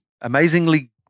amazingly